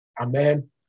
Amen